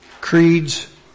creeds